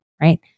right